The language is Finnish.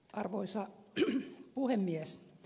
arvoisa puhemies